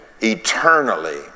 Eternally